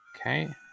Okay